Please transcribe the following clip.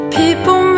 people